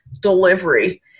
delivery